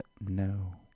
no